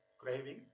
craving